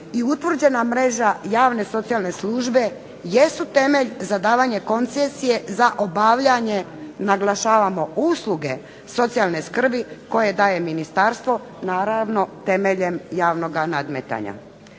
i utvrđena mreža javne socijalne službe jesu temelj za davanje koncesije za obavljanje naglašavamo, usluge socijalne skrbi koje daje Ministarstvo naravno temeljem javnog nadmetanja.